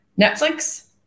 Netflix